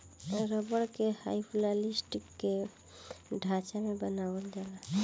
rubber के hyperelastic के ढांचा में बनावल जाला